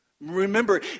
Remember